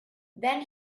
then